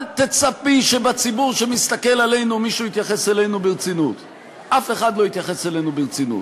אל תצפי שבציבור שמסתכל עלינו מישהו יתייחס אלינו ברצינות.